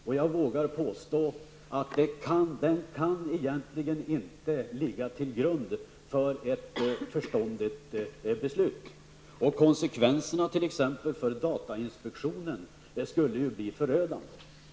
Och jag vågar påstå att det egentligen inte kan ligga till grund för ett förståndigt beslut. Konsekvenserna t.ex. för datainspektionen skulle bli förödande.